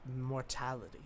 mortality